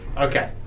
Okay